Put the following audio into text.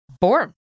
born